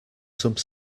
some